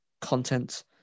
content